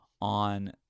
on